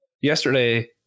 Yesterday